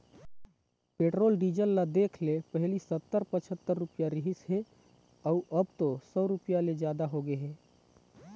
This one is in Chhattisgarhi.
पेट्रोल डीजल ल देखले पहिली सत्तर, पछत्तर रूपिया रिहिस हे अउ अब तो सौ रूपिया ले जादा होगे हे